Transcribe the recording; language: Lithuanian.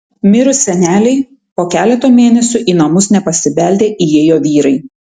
mirus senelei po keleto mėnesių į namus nepasibeldę įėjo vyrai